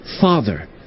father